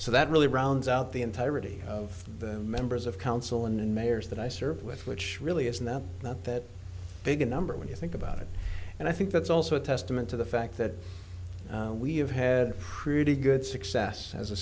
so that really rounds out the entirety of the members of council and mayors that i serve with which really isn't that not that big a number when you think about it and i think that's also a testament to the fact that we have had pretty good success as a